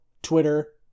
Twitter